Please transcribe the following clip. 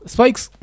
Spikes